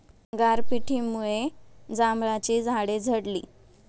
गारपिटीमुळे जांभळाची झाडे झडली